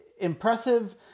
impressive